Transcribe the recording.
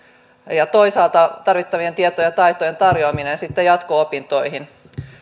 ja toisaalta tarvittavien tietojen ja taitojen tarjoaminen sitten jatko opintoihin